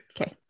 Okay